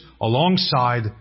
alongside